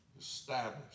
established